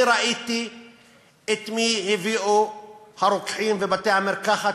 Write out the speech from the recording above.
אני ראיתי את מי הביאו הרוקחים ובתי-המרקחת